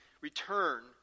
return